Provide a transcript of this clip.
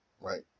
right